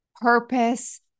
purpose